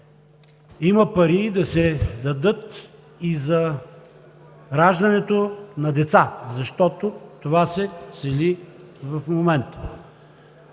има пари да се дадат и за раждането на деца, защото това се цели в момента.